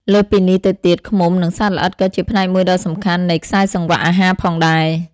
លើសពីនេះទៅទៀត ឃ្មុំ និងសត្វល្អិតក៏ជាផ្នែកមួយដ៏សំខាន់នៃខ្សែសង្វាក់អាហារផងដែរ។